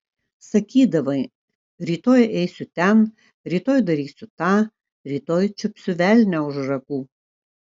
sakydavai rytoj eisiu ten rytoj darysiu tą rytoj čiupsiu velnią už ragų